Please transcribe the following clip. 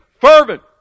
fervent